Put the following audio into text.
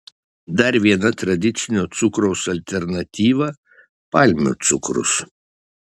dar viena tradicinio cukraus alternatyva palmių cukrus